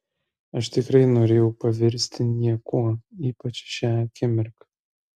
aš tikrai norėjau pavirsti niekuo ypač šią akimirką